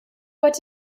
what